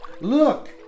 Look